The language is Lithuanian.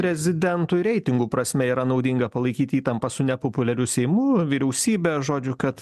prezidentui reitingų prasme yra naudinga palaikyti įtampą su nepopuliariu seimu vyriausybe žodžiu kad